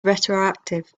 retroactive